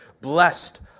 Blessed